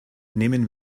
nehmen